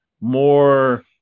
more